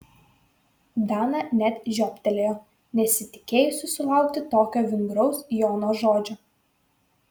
dana net žiobtelėjo nesitikėjusi sulaukti tokio vingraus jono žodžio